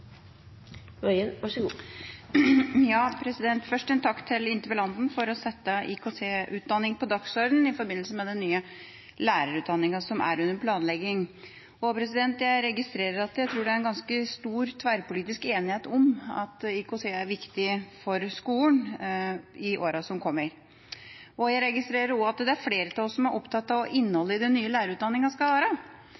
Først en takk til interpellanten for å sette IKT-utdanning på dagsordenen i forbindelse med den nye lærerutdanninga som er under planlegging. Jeg registrerer at det er en ganske stor tverrpolitisk enighet om at IKT er viktig for skolen i årene som kommer. Jeg registrerer også at det er flere av oss som er opptatt av hva innholdet i den nye lærerutdanninga skal være.